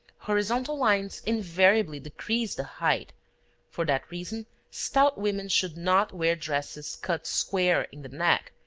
horizontal lines invariably decrease the height for that reason stout women should not wear dresses cut square in the neck,